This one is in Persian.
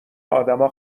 ادما